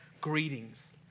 greetings